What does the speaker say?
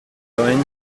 going